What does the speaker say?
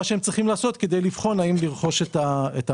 שהם צריכים לעשות כדי לבחון האם לרכוש את המפעל.